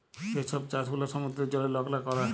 যে ছব চাষ গুলা সমুদ্রের জলে লকরা ক্যরে